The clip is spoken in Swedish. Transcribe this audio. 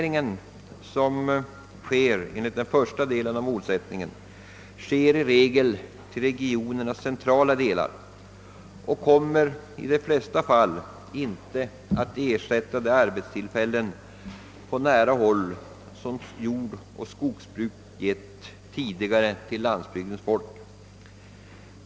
Industrilokaliseringen enligt den första delen av programmet sker i regel i regionernas centrala delar och kommer i de flesta fall inte att ersätta de arbetstillfällen på nära håll, som jordoch skogsbruk tidigare gett landsbygdens folk.